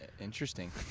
Interesting